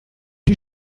die